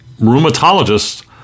rheumatologists